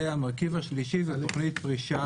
והמרכיב השלישי זו תוכנית פרישה